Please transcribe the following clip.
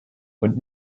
und